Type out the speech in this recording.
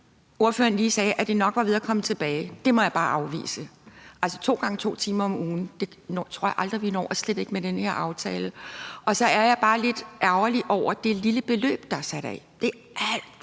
ordføreren lige sagde, nemlig at det nok var ved at komme tilbage. Og det må jeg bare afvise. To gange 2 timer om ugen tror jeg aldrig vi når, og slet ikke med den her aftale. Så er jeg bare lidt ærgerlig over det lille beløb, der er sat af. Det er alt